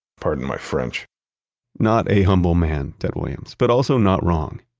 pardon my french not a humble man, ted williams, but also not wrong.